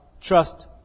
trust